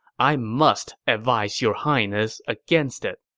i must advise your highness against it.